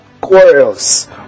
quarrels